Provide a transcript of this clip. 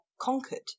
conquered